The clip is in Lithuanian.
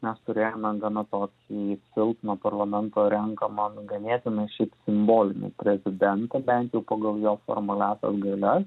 mes turėjome gana tokį silpną parlamento renkamą nu ganėtinai šiaip simbolinį prezidentą bent jau pagal jo formaliasias galias